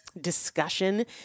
discussion